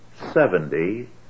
seventy